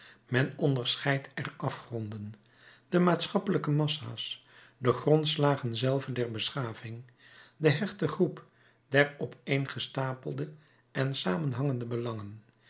men onderscheidt er afgronden de maatschappelijke massa's de grondslagen zelve der beschaving de hechte groep der opeengestapelde en samenhangende belangen